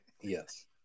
Yes